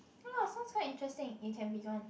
ah sounds quite interesting it can be gone